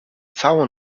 całą